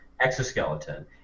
exoskeleton